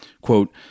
Quote